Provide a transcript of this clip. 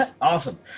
Awesome